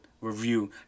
review